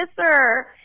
kisser